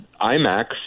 IMAX